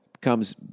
comes